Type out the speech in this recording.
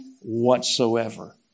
whatsoever